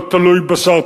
לא תלוי בשר,